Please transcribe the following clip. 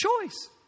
choice